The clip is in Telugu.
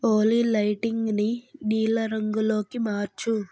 ఓలీ లైటింగ్ని నీళ్ల రంగులోకి మార్చు